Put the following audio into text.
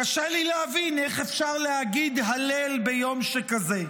קשה לי להבין איך אפשר להגיד הלל ביום שכזה.